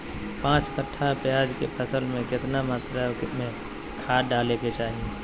पांच कट्ठा प्याज के फसल में कितना मात्रा में खाद डाले के चाही?